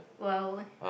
!wow!